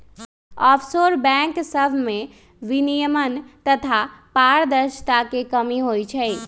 offshore bank सभमें विनियमन तथा पारदर्शिता के कमी होइ छइ